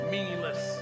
Meaningless